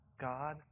God